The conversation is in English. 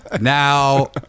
Now